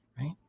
right